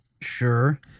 Sure